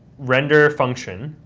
render function,